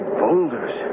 boulders